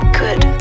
good